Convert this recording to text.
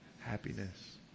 Happiness